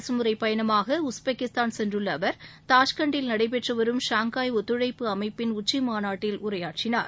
அரசு முறைப்பயணமாக உஸ்பெக்கிஸ்தான் சென்றுள்ள அவர் தாஷ்கண்டில் நடைபெற்றுவரும் ஷாங்காய் ஒத்துழைப்பு அமைப்பின் உச்சிமாநாட்டில் உரையாற்றினார்